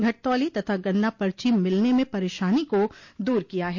घटतौली तथा गन्ना पर्ची मिलने में परेशानी को दूर किया है